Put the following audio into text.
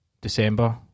december